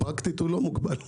פרקטית הוא לא מוגבל.